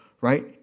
right